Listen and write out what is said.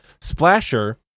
Splasher